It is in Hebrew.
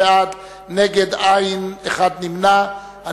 נגד, אין, נמנע אחד.